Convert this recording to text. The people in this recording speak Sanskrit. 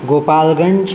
गोपाल्गञ्च्